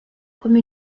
comme